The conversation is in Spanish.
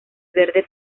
verde